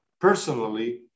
personally